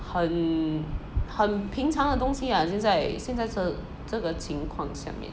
很很平常的东西 lah 现在现在这这个情况下面